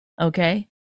okay